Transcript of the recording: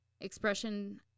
expression